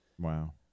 Wow